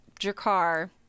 Jakar